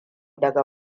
daga